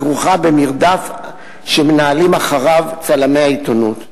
הכרוכה במרדף שמנהלים אחריו צלמי העיתונות.